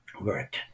work